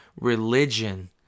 Religion